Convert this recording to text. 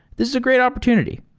this is a great opportunity.